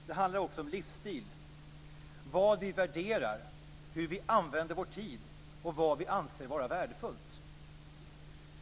Det handlar också om livsstil: vad vi värderar, hur vi använder vår tid och vad vi anser vara värdefullt.